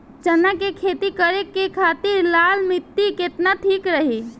चना के खेती करे के खातिर लाल मिट्टी केतना ठीक रही?